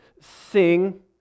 sing